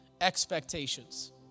expectations